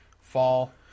fall